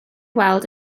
weld